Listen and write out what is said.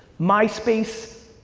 myspace,